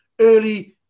early